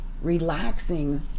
relaxing